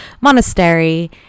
monastery